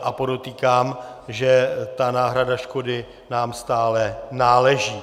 A podotýkám, že ta náhrada škody nám stále náleží.